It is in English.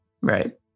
right